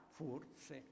forse